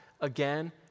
again